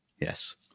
Yes